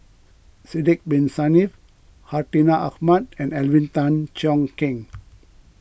Sidek Bin Saniff Hartinah Ahmad and Alvin Tan Cheong Kheng